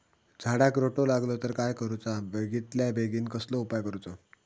झाडाक रोटो लागलो तर काय करुचा बेगितल्या बेगीन कसलो उपाय करूचो?